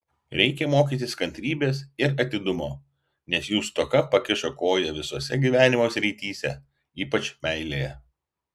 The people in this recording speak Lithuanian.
reikia mokytis kantrybės ir atidumo nes jų stoka pakiša koją visose gyvenimo srityse ypač meilėje